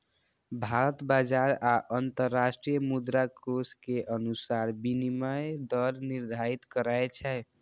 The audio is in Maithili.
भारत बाजार आ अंतरराष्ट्रीय मुद्राकोष के अनुसार विनिमय दर निर्धारित करै छै